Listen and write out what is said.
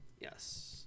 Yes